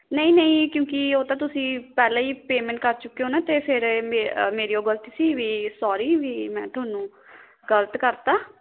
ਨਹੀਂ ਨਹੀਂ ਕਿਉਂਕਿ ਉਹ ਤਾਂ ਤੁਸੀਂ ਪਹਿਲਾਂ ਹੀ ਪੇਮੈਂਟ ਕਰ ਚੁੱਕੇ ਹੋ ਨਾ ਅਤੇ ਫਿਰ ਇਹ ਮੇਰ ਮੇਰੀ ਓ ਗਲਤੀ ਸੀ ਵੀ ਸੋਰੀ ਵੀ ਮੈਂ ਤੁਹਾਨੂੰ ਗਲਤ ਕਰਤਾ